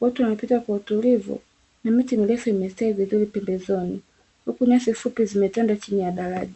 watu wanapita kwa utulivu na miti mirefu imestawi vizuri pembezoni, huku nyasi fupi zimetanda chini ya daraja.